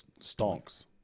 Stonks